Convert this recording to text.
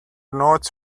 notes